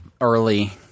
early